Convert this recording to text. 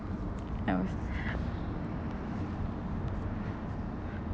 I was